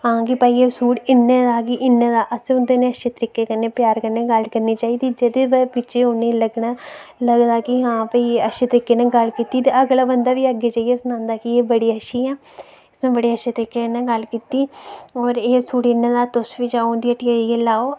हां भाई एह् सूट इन्ने दा ऐ कि इन्ने दा असैं उंदे कन्नै अच्छे तरीके कन्नै गल्ल करनी चाही दी जेह्दी बजाह् पिच्छें उनेंगी लग्गना कि लग्गनी कि अच्छे तरीके कन्नै गल्ल कीती ते अगला बंदा बी अग्गैं जाइयै सनांदा कि एह् बड़ी अच्छी ऐ इस बड़े अच्छे तरीके कन्नै गल्ल कीती और एह् सूट इन्ने दा ऐ तुस बी इंदिया हट्टिया जाइयै लैओ